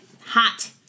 hot